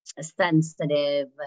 sensitive